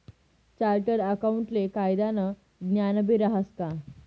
chartered अकाऊंटले कायदानं ज्ञानबी रहास का